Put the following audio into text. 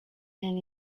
hand